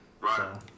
Right